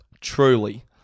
truly